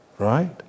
right